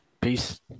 Peace